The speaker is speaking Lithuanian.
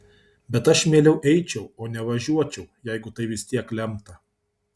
bet aš mieliau eičiau o ne važiuočiau jeigu tai vis tiek lemta